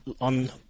on